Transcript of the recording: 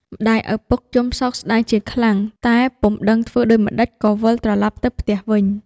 ឪពុកម្តាយយំសោកស្តាយជាខ្លាំង តែពុំដឹងធ្វើដូចម្តេច ក៏វិលត្រឡប់ទៅផ្ទះវិញ។